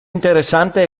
interessante